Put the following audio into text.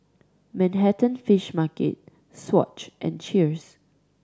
Manhattan Fish Market Swatch and Cheers